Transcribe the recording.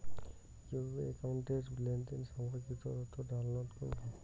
কিভাবে একাউন্টের লেনদেন সম্পর্কিত তথ্য ডাউনলোড করবো?